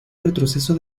retroceso